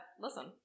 Listen